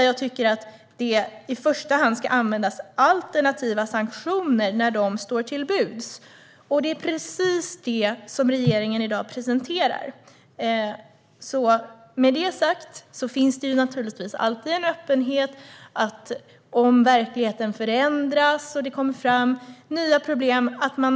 Jag tycker att det i första hand ska användas alternativa sanktioner när de står till buds, och det är precis det som regeringen i dag presenterar. Med det sagt finns det naturligtvis alltid en öppenhet för eventuella omvärderingar om verkligheten förändras och det kommer fram nya problem.